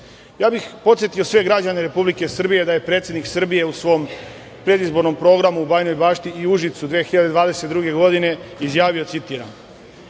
bih podsetio sve građane Republike Srbije da je predsednik u svom predizbornom programu u Bajinoj bašti i Užicu 2022. godine izjavio –